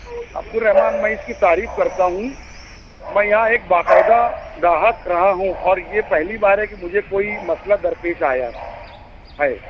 عبدالرحمٰن میں اس کی تعریف کرتا ہوں میں یہاں ایک باقاعدہ گراہک رہا ہوں اور یہ پہلی بار ہے کہ مجھے کوئی مسئلہ درپیش آیا ہے